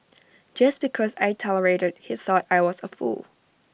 just because I tolerated he thought I was A fool